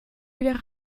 wieder